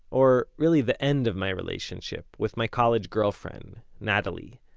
or really the end of my relationship, with my college girlfriend natalie.